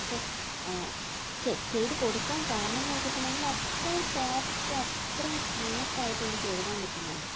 അത് ഛെ ചെയ്ത് കൊടുക്കാന് കാരണം വെച്ചിട്ടുണ്ടെങ്കില് അത്രയും സോഫ്റ്റ് അത്രയും സ്മൂത്ത് ആയിട്ട് എനിക്ക് എഴുതാന് പറ്റുന്നുണ്ട്